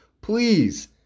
please